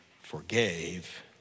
forgave